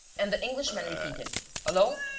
and the englishman repeated hullo.